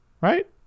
right